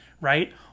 right